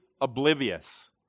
oblivious